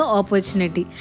opportunity